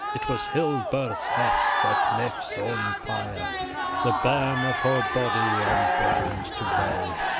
it was hildeburh's hest, at hnaef's own pyre the bairn of her body on brands to lay,